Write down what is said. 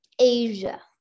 Asia